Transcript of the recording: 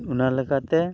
ᱚᱱᱟ ᱞᱮᱠᱟᱛᱮ